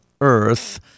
earth